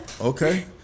Okay